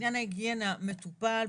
עניין ההיגיינה מטופל.